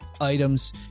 items